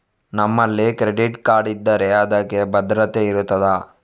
ನಮ್ಮಲ್ಲಿ credit card ಇದ್ದರೆ ಅದಕ್ಕೆ ಭದ್ರತೆ ಇರುತ್ತದಾ?